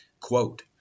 Quote